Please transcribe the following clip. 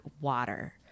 water